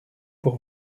pour